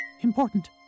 important